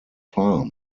farm